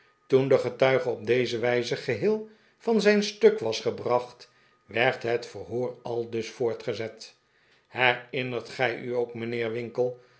toen de getuige op deze wijze geheel van zijn stuk was gebracht werd het verhoor aldus voortgezet herinnert gij u ook mijnheer winkle